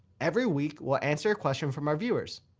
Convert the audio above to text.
every week we'll answer a question from our viewers.